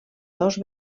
dos